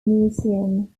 museum